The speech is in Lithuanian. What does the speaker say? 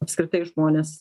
apskritai žmones